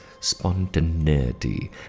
spontaneity